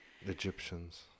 Egyptians